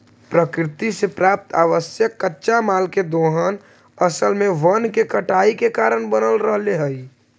प्रकृति से प्राप्त आवश्यक कच्चा माल के दोहन असल में वन के कटाई के कारण बन रहले हई